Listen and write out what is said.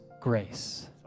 grace